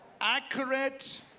accurate